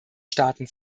staaten